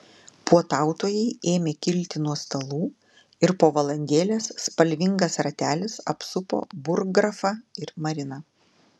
puotautojai ėmė kilti nuo stalų ir po valandėlės spalvingas ratelis apsupo burggrafą ir mariną